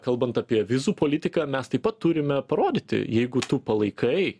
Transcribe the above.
kalbant apie vizų politiką mes taip pat turime parodyti jeigu tu palaikai